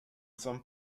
some